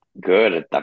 Good